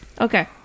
okay